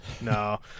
No